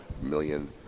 million